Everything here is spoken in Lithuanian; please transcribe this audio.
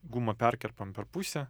gumą perkerpam per pusę